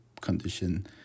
condition